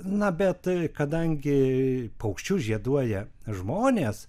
na bet kadangi paukščius žieduoja žmonės